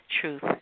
Truth